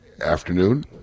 afternoon